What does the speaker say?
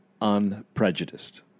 unprejudiced